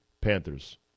Panthers